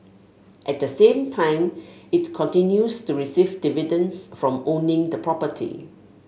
at the same time it continues to receive dividends from owning the property